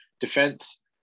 defense